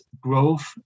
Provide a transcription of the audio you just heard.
growth